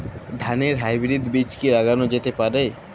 ধানের হাইব্রীড বীজ কি লাগানো যেতে পারে?